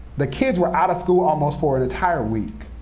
the kids were out of school almost for an entire week.